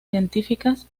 científicas